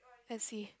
as if